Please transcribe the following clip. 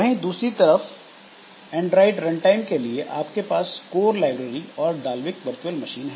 वहीं दूसरी तरफ एंड्रॉयड रनटाइम के लिए आपके पास कोर लाइब्रेरी और डाल्विक वर्चुअल मशीन है